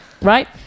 right